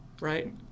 Right